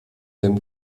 dem